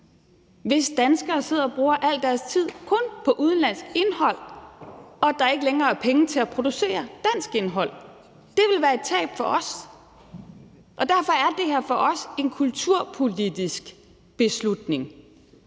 hvis danskere sidder og bruger al deres tid kun på udenlandsk indhold, og der ikke længere er penge til at producere dansk indhold. Det ville være et tab for os, og derfor er det her for os en kulturpolitisk beslutning,